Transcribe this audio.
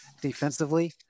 defensively